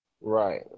right